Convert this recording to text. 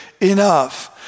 enough